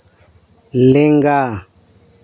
ᱞᱮᱸᱜᱟ